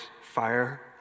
fire